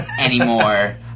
anymore